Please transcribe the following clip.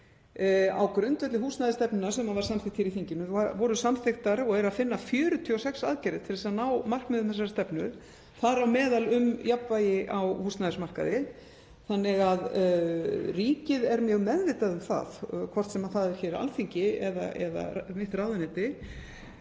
Á grundvelli húsnæðisstefnu sem var samþykkt hér í þinginu voru samþykktar 46 aðgerðir til að ná markmiðum þessarar stefnu, þar á meðal um jafnvægi á húsnæðismarkaði þannig að ríkið er mjög meðvitað um það, hvort sem það er hér á Alþingi eða mitt ráðuneyti,